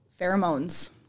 pheromones